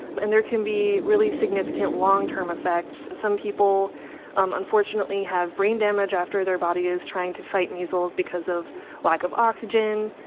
and there can be really significant long-term effects. some people um unfortunately have brain damage after their body is trying to fight measles because of lack of oxygen.